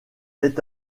est